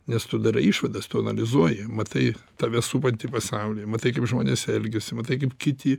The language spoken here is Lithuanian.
nes tu darai išvadas tu analizuoji matai tave supantį pasaulį matai kaip žmonės elgiasi matai kaip kiti